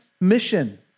mission